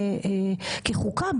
בעצם חוקה,